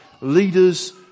Leaders